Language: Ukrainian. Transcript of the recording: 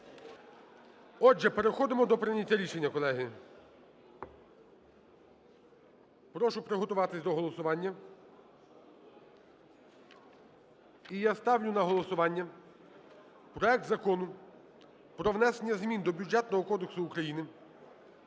Отже, переходимо до прийняття рішення, колеги. Прошу приготуватись до голосування. І я ставлю на голосування проект Закону про внесення змін до Бюджетного кодексу України